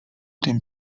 tym